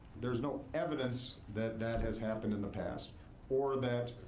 there's no evidence that that has happened in the past or that